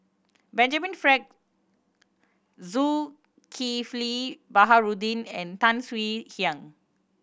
Benjamin Frank Zulkifli Baharudin and Tan Swie Hian